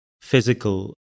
physical